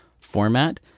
format